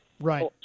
Right